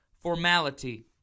formality